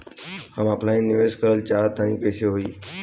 हम ऑफलाइन निवेस करलऽ चाह तनि कइसे होई?